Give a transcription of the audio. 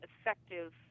effective